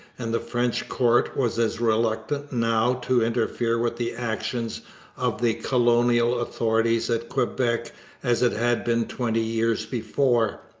and the french court was as reluctant now to interfere with the actions of the colonial authorities at quebec as it had been twenty years before.